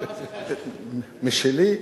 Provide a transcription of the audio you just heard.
משלי,